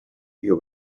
you